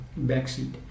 backseat